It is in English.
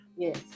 Yes